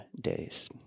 days